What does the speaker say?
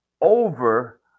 over